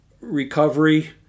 recovery